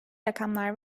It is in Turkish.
rakamlar